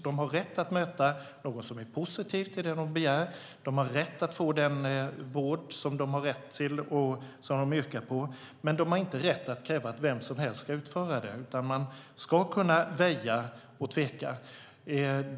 De har rätt att möta någon som är positiv till det de begär, och de har rätt att få den vård de har rätt till och yrkar på. De har dock inte rätt att kräva att vem som helst ska utföra det, utan man ska kunna väja och tveka.